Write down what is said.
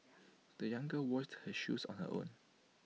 the young girl washed her shoes on her own